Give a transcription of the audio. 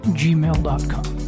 gmail.com